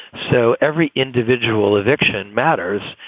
so every individual eviction matters.